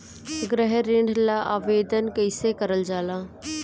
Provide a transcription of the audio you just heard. गृह ऋण ला आवेदन कईसे करल जाला?